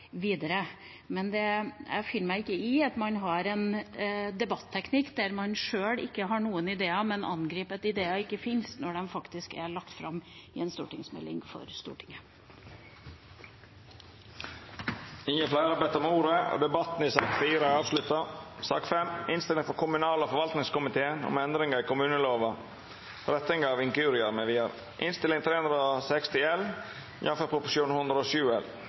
videre. Men jeg finner meg ikke i at man har en debatteknikk der man sjøl ikke har noen ideer, men angriper at ideer ikke fins, når de faktisk er lagt fram i en stortingsmelding. Fleire har ikkje bedt om ordet til sak nr. 4. Etter ynske frå kommunal- og forvaltningskomiteen vil presidenten føreslå at taletida vert avgrensa til 3 minutt til kvar partigruppe og 3 minutt til medlemer av